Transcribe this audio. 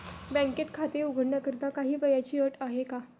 बँकेत खाते उघडण्याकरिता काही वयाची अट आहे का?